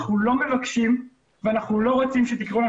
אנחנו לא מבקשים ולא רוצים שתקראו לנו